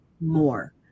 more